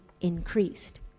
increased